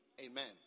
amen